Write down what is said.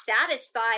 satisfied